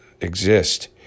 exist